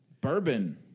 bourbon